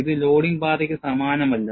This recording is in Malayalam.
ഇത് ലോഡിംഗ് പാതയ്ക്ക് സമാനമല്ല